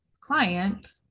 client